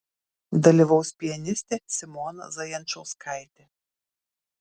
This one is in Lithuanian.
dalyvaus pianistė simona zajančauskaitė